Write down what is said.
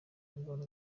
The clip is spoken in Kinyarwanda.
indwara